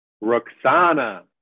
Roxana